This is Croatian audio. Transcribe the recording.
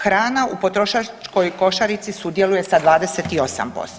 Hrana u potrošačkoj košarici sudjeluje sa 28%